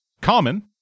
Common